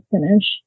finish